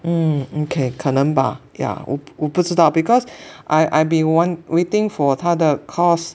um okay 可能吧 yeah 我我不知道 because I I've been want waiting for 他的 course